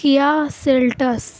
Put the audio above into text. Kia Seltos